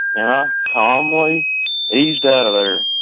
yeah calmly eased out of there.